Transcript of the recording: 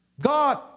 God